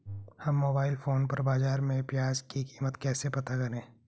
हम mobile phone पर बाज़ार में प्याज़ की कीमत कैसे पता करें?